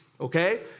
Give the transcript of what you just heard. okay